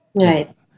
Right